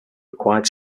required